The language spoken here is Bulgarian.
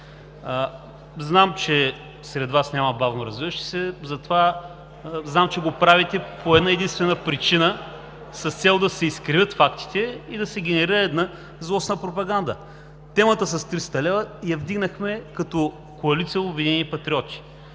Знам, че сред Вас няма бавноразвиващи се, затова знам, че го правите по една-единствена причина – с цел да се изкривят фактите и да се генерира една злостна пропаганда. Темата с тристата лева я вдигнахме като коалиция „Обединени патриоти“,